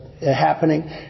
happening